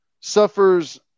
suffers